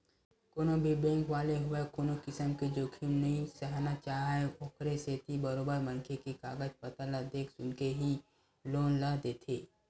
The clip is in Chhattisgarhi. कोनो भी बेंक वाले होवय कोनो किसम के जोखिम नइ सहना चाहय ओखरे सेती बरोबर मनखे के कागज पतर ल देख सुनके ही लोन ल देथे